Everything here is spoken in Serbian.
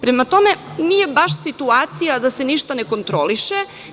Prema tome, nije baš situacija da se ništa ne kontroliše.